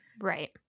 Right